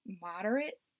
moderate